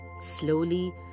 Slowly